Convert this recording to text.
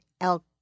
Elk